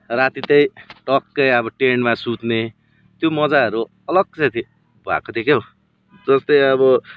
राति त्यहीँ टक्कै अब टेन्टमा सुत्ने त्यो मज्जाहरू अलग खालको भएको थियो क्याउ जस्तै अब